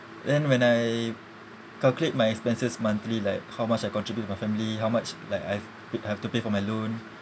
then when I calculate my expenses monthly like how much I contribute my family how much like I've have to pay for my loan